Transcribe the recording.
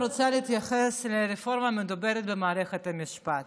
רוצה להתייחס לרפורמה המדוברת במערכת המשפט.